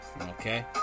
Okay